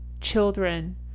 children